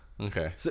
okay